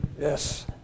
Yes